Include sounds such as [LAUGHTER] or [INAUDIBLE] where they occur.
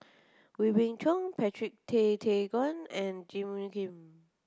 Wee Beng Chong Patrick Tay Teck Guan and Jim [UNINTELLIGIBLE] Kim